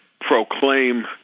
proclaim